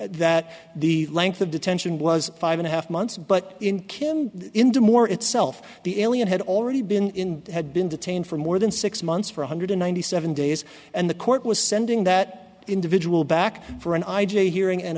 that the length of detention was five and a half months but in kim into more itself the alien had already been had been detained for more than six months for one hundred ninety seven days and the court was sending that individual back for an i j hearing